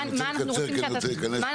שאלת מה אנחנו רוצים שאתה תעשה?